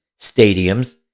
stadiums